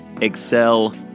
excel